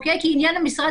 כי עניין המשרד,